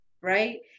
right